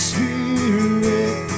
Spirit